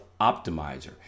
optimizer